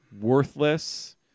worthless